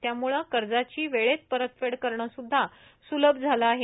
त्यामुळे कर्जाची वेळेत परतफेड करणं सुद्धा सुलभ झालं आहे